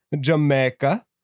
Jamaica